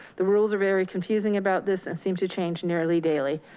the rules are very confusing about this and seems to change nearly daily.